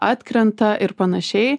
atkrenta ir panašiai